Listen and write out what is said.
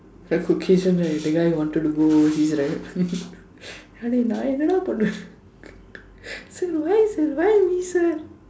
the Caucasian right the guy who wanted to go overseas right அதுக்கு நான் என்னடா பண்ணுவேன்:athukku naan ennadaa pannuveen sir why sir why me sir